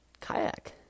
Kayak